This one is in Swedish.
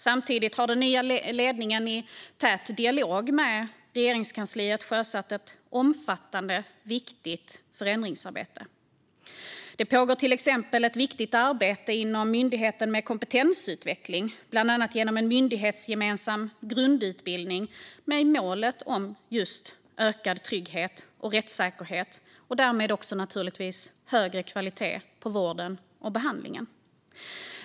Samtidigt har den nya ledningen i tät dialog med Regeringskansliet sjösatt ett omfattande och viktigt förändringsarbete. Det pågår till exempel ett viktigt arbete inom myndigheten med kompetensutveckling, bland annat genom en myndighetsgemensam grundutbildning med målet ökad trygghet och rättssäkerhet och därmed naturligtvis högre kvalitet på vården och behandlingen.